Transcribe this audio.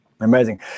Amazing